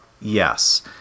Yes